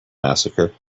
massacre